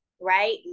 right